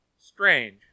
strange